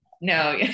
No